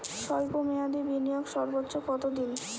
স্বল্প মেয়াদি বিনিয়োগ সর্বোচ্চ কত দিন?